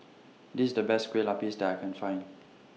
This IS The Best Kue Lupis that I Can Find